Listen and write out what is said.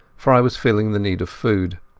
for i was feeling the need of food.